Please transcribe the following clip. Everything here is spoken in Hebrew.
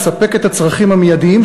לספק את הצרכים המיידיים,